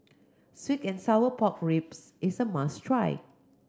sweet and sour pork ribs is a must try